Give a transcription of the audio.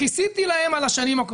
כיסיתי להן על השנים.